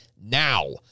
now